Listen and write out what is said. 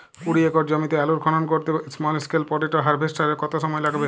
কুড়ি একর জমিতে আলুর খনন করতে স্মল স্কেল পটেটো হারভেস্টারের কত সময় লাগবে?